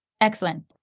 Excellent